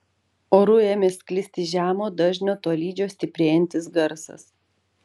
oru ėmė sklisti žemo dažnio tolydžio stiprėjantis garsas